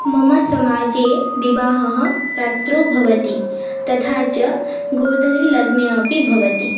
मम समाजे विबाहः रात्रौ भवति तथा च गोधूलीलग्ने अपि भवति